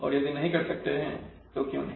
और यदि नहीं कर सकते तो क्यों नहीं